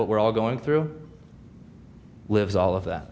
what we're all going through lives all of that